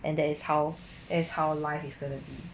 and that is how that is how life is going to be